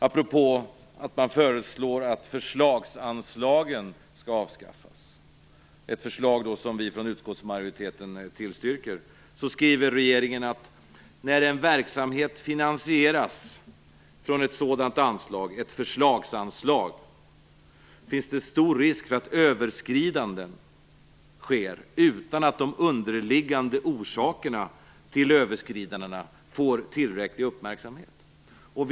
Apropå förslaget att förslagsanslagen skall avskaffas, ett förslag som vi från utskottsmajoriteten tillstyrker, skriver regeringen: "När en verksamhet finansieras från ett förslagsanslag är risken stor att överskridanden sker utan att de underliggande orsakerna får tillräcklig uppmärksamhet."